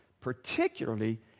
particularly